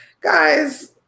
Guys